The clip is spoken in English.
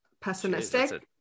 pessimistic